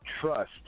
Trust